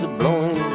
blowing